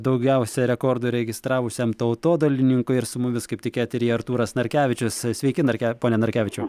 daugiausia rekordų registravusiam tautodailininkui ir su mumis kaip tik eteryje artūras narkevičius sveiki narke pone narkevičiau